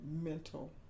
mental